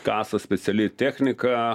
kasa speciali technika